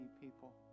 people